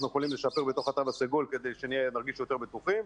יכולים לשפר בתוך התו הסגול כדי שנרגיש יותר בטוחים.